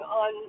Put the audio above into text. on